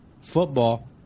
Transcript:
football